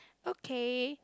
okay